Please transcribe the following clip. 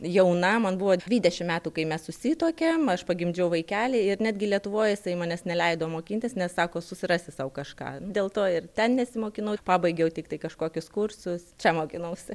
jauna man buvo dvidešim metų kai mes susituokėm aš pagimdžiau vaikelį ir netgi lietuvoj jisai manęs neleido mokintis nes sako susirasi sau kažką dėl to ir ten nesimokinau pabaigiau tiktai kažkokius kursus čia mokinausi